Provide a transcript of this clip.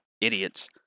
idiots